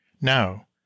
Now